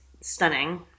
stunning